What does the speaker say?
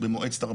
או עשרה חודשים,